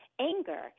anger